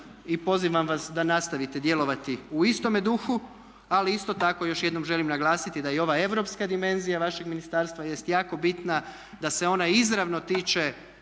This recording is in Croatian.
i pozivam vas da nastavite djelovati u istome duhu. Ali isto tako još jednom želim naglasiti da i ova europska dimenzija vašeg ministarstva jest jako bitna da se ona izravno tiče